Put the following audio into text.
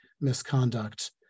misconduct